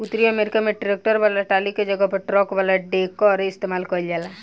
उतरी अमेरिका में ट्रैक्टर वाला टाली के जगह पर ट्रक वाला डेकर इस्तेमाल कईल जाला